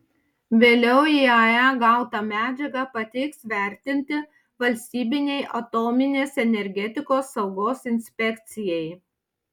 vėliau iae gautą medžiagą pateiks vertinti valstybinei atominės energetikos saugos inspekcijai